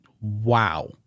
Wow